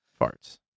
farts